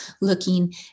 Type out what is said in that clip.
looking